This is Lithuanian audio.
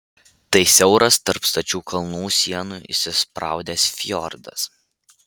tai siauras tarp stačių kalnų sienų įsispraudęs fjordas